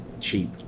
cheap